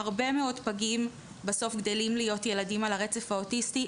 הרבה מאוד פגים בסוף גדלים להיות ילדים על הרצף האוטיסטי,